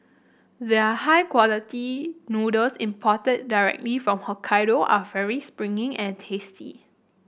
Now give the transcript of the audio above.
their high quality noodles imported directly from Hokkaido are very springy and tasty